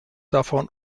davon